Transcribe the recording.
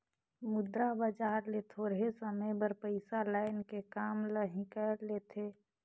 मुद्रा बजार ले थोरहें समे बर पइसा लाएन के काम ल हिंकाएल लेथें